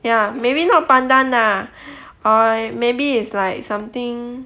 ya maybe not pandan ah I maybe it's like something